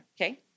Okay